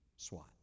SWAT